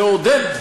תעודד,